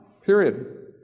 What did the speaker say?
Period